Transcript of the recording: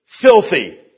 Filthy